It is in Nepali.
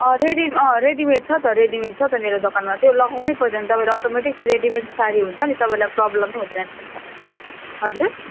रेडी मेड रेडी मेड छ त रेडी मेड छ त मेरो दोकानमा त्यो लगाउनै पर्दैन तपाईँलाई अटोमेटिक त्यो रेडी मेड साडी हुन्छ नि तपाईँलाई प्रब्लम नि हुँदैन त्यसमा हजुर